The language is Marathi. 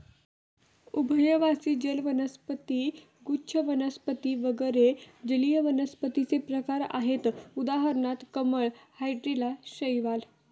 उभयवासी जल वनस्पती, गुच्छ वनस्पती वगैरे जलीय वनस्पतींचे प्रकार आहेत उदाहरणार्थ कमळ, हायड्रीला, शैवाल